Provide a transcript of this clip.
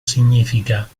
significa